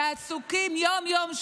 שעסוקים יום-יום,